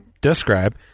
describe